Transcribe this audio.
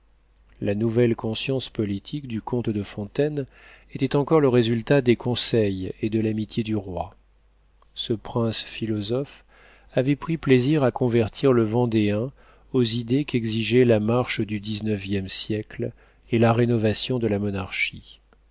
la nouvelle conscience politique du comte de fontaine était encore le résultat des conseils et de l'amitié du roi ce prince philosophe avait pris plaisir à convertir le vendéen aux idées qu'exigeaient la marche du dix-neuvième siècle et la rénovation de la monarchie